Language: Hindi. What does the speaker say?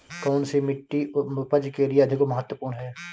कौन सी मिट्टी उपज के लिए अधिक महत्वपूर्ण है?